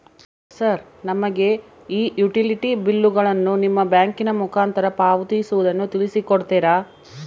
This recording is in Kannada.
ಸರ್ ನಮಗೆ ಈ ಯುಟಿಲಿಟಿ ಬಿಲ್ಲುಗಳನ್ನು ನಿಮ್ಮ ಬ್ಯಾಂಕಿನ ಮುಖಾಂತರ ಪಾವತಿಸುವುದನ್ನು ತಿಳಿಸಿ ಕೊಡ್ತೇರಾ?